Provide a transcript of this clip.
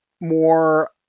more